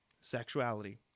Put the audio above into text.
Sexuality